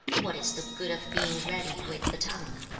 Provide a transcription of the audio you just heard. what is the good of being ready with the tongue?